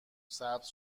سبز